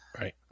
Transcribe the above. Right